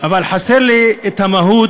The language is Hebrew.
אבל חסרה לי המהות,